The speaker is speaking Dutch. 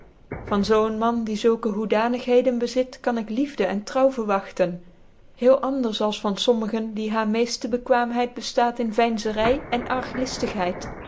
van zoo een man die zulke goede hoedanigheden bezit kan ik liefde cn trouw verwngtcn heel anders als van fommigen die haar nieefte bcquaamheid beftaat in vcinzcry cn